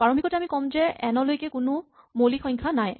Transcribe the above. প্ৰাৰম্ভিকতে আমি ক'ম যে এন লৈকে কোনো মৌলিক সংখ্যা নাই